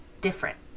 different